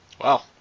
Wow